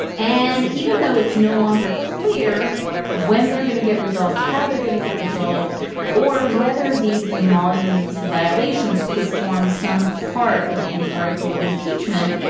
and even though it's no longer clear when they're going to get resolved how they're going to get resolved or whether these emoluments violations could form some part of any article of impeachment.